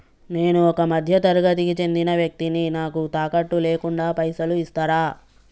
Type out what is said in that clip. నేను ఒక మధ్య తరగతి కి చెందిన వ్యక్తిని నాకు తాకట్టు లేకుండా పైసలు ఇస్తరా?